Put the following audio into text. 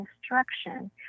instruction